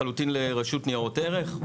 לחלוטין לרשות ניירות ערך?